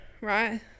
right